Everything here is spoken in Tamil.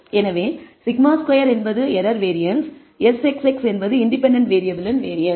எனவே σ2 என்பது எரர் வேரியன்ஸ் Sxx என்பது இன்டெபென்டென்ட் வேறியபிளின் வேரியன்ஸ்